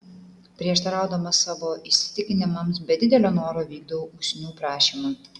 prieštaraudamas savo įsitikinimams be didelio noro vykdau usnių prašymą